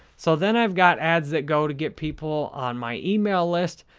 so, then, i've got ads that go to get people on my email list,